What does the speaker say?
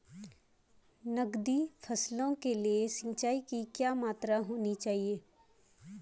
नकदी फसलों के लिए सिंचाई की क्या मात्रा होनी चाहिए?